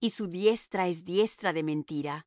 y su diestra es diestra de mentira